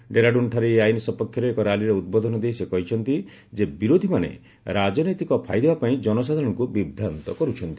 ଡେରାଡୁନ୍ଠାରେ ଏହି ଆଇନ ସପକ୍ଷରେ ଏକ ର୍ୟାଲିରେ ଉଦ୍ବୋଧନ ଦେଇ ସେ କହିଛନ୍ତି ଯେ ବିରୋଧୀମାନେ ରାଜନୈତିକ ଫାଇଦା ପାଇଁ ଜନସାଧାରଣଙ୍କୁ ବିଭ୍ରାନ୍ତ କରୁଛନ୍ତି